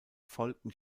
folgten